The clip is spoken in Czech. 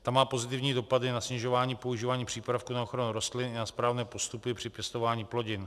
Ta má pozitivní dopady na snižování používání přípravků na ochranu rostlin i na správné postupy při pěstování plodin.